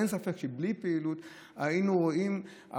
אין ספק שבלי הפעילות היינו רואים,